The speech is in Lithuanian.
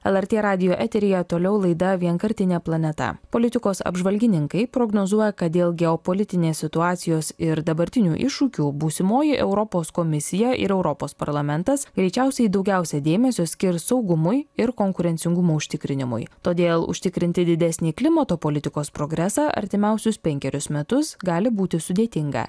lrt radijo eteryje toliau laida vienkartinė planeta politikos apžvalgininkai prognozuoja kad dėl geopolitinės situacijos ir dabartinių iššūkių būsimoji europos komisija ir europos parlamentas greičiausiai daugiausia dėmesio skirs saugumui ir konkurencingumo užtikrinimui todėl užtikrinti didesnį klimato politikos progresą artimiausius penkerius metus gali būti sudėtinga